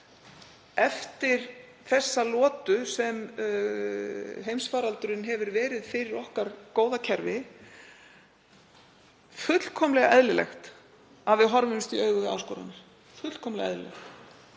eftir þessa lotu sem heimsfaraldurinn hefur verið fyrir okkar góða kerfi, fullkomlega eðlilegt að við horfumst í augu við áskoranir. Það er fullkomlega eðlilegt,